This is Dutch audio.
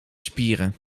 spieren